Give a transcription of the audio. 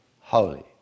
holy